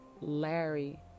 Larry